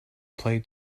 play